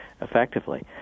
effectively